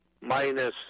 minus